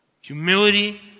Humility